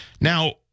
Now